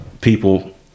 people